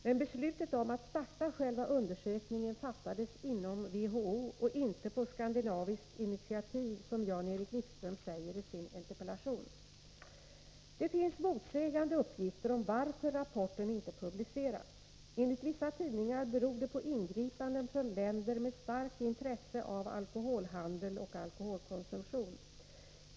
Men beslutet om att starta själva undersökningen fattades inom WHO och inte på skandinaviskt initiativ, som Jan-Erik Wikström säger i sin interpellation. Det finns motsägande uppgifter om varför rapporten inte publicerats. Enligt vissa tidningar beror det på ingripanden från länder med starkt intresse av alkoholhandel och alkoholkonsumtion.